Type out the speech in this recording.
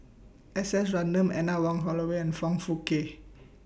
S S Ratnam Anne Wong Holloway and Foong Fook Kay